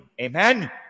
amen